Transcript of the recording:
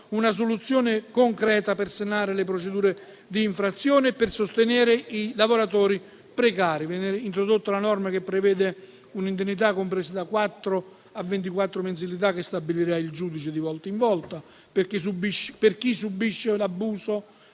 una soluzione concreta per sanare le procedure di infrazione e per sostenere i lavoratori precari. Viene introdotta una norma che prevede un'indennità compresa da 4 a 24 mensilità, che stabilirà il giudice di volta in volta, per chi subisce un abuso